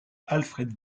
alfred